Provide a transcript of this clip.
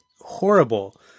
horrible